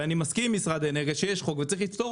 ואני מסכים עם משרד האנרגיה שיש חוק וצריך לפתור